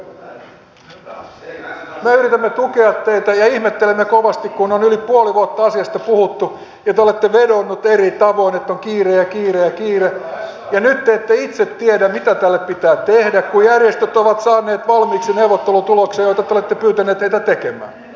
me yritämme tukea teitä ja ihmettelemme kovasti kun on yli puoli vuotta asiasta puhuttu ja te olette vedonneet eri tavoin että on kiire ja kiire ja kiire ja nyt te ette itse tiedä mitä tälle pitää tehdä kun järjestöt ovat saaneet valmiiksi neuvottelutuloksen jota te olette pyytäneet heitä tekemään